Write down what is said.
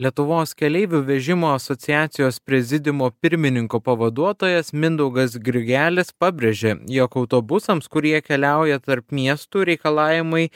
lietuvos keleivių vežimo asociacijos prezidiumo pirmininko pavaduotojas mindaugas grigelis pabrėžė jog autobusams kurie keliauja tarp miestų reikalavimai